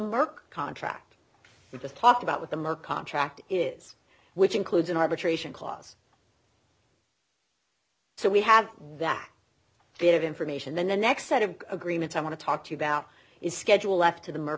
merck contract you just talked about with them or contract is which includes an arbitration clause so we have that bit of information then the next set of agreements i want to talk to you about is schedule left to them or